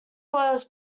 was